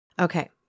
Okay